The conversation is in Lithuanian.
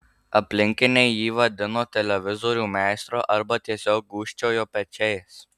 aplinkiniai jį vadino televizorių meistru arba tiesiog gūžčiojo pečiais